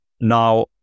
now